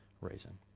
reason